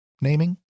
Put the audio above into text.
naming